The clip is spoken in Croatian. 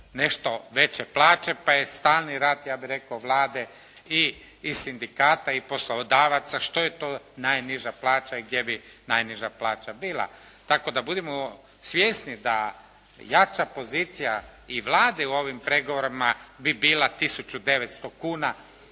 nešto veće plaće, pa je stalni rad ja bih rekao Vlade i sindikata i poslodavaca što je to najniža plaća i gdje bi najniža plaća bila. Tako da budimo svjesni da jača pozicija i Vlade u ovim pregovorima bi bila 1900 kuna